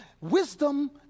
wisdom